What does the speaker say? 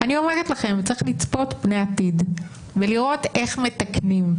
אני אומרת לכם: צריך לצפות פני עתיד ולראות איך מתקנים.